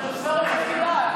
אנחנו יושבי-ראש השדולה.